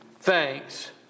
thanks